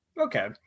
okay